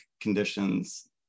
conditions